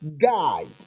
guide